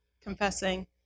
confessing